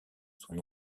sont